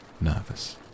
nervous